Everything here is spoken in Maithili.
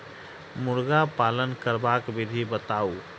मुर्गी पालन करबाक विधि बताऊ?